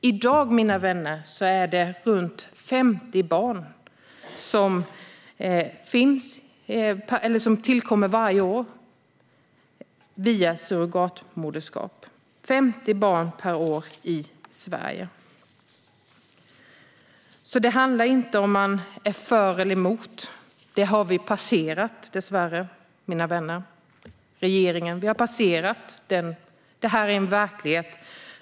I dag, mina vänner, tillkommer runt 50 barn varje år i Sverige via surrogatmoderskap. Det handlar alltså inte om att vara för eller emot. Det har vi dessvärre passerat, mina vänner i regeringen. Detta är verklighet.